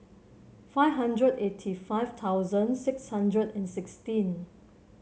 five hundred eighty five thousand six hundred and sixteen